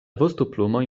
vostoplumoj